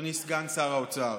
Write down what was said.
אדוני סגן שר האוצר.